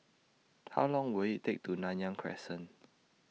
How Long Will IT Take to Nanyang Crescent